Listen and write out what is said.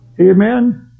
Amen